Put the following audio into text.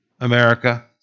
America